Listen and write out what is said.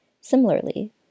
Similarly